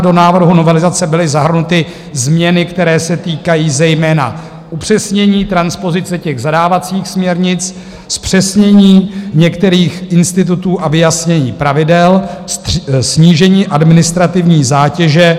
Do návrhu novelizace byly zahrnuty změny, které se týkají zejména upřesnění transpozice zadávacích směrnic, zpřesnění některých institutů a vyjasnění pravidel snížení administrativní zátěže.